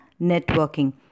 networking